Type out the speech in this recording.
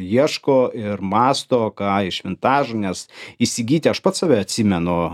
ieško ir mąsto ką iš vintažų nes įsigyti aš pats save atsimenu